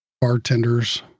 bartenders